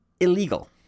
Illegal